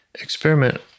experiment